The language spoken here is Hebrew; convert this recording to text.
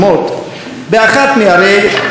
באחת מערי הנגב,